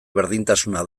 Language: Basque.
berdintasuna